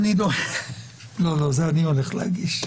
אני עודד שפירר, ואני מנכ"ל רשות ניירות ערך.